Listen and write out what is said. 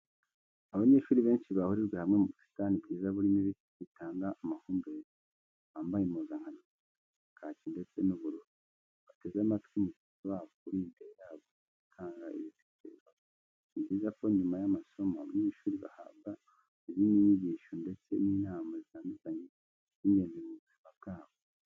Abanyeshuri benshi bahurijwe hamwe mu busitani bwiza burimo ibiti bitanga amahumbezi, bambaye impuzankano z'umweru, kaki ndetse n'ubururu bateze amatwi mugenzi wabo uri imbere yabo urimo gutanga ibitekerezo bye. Ni byiza ko nyuma y'amasomo abanyeshuri bahabwa izindi nyigisho ndetse n'inama zitandukanye z'ingenzi mu buzima bwabo.